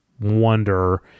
wonder